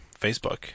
Facebook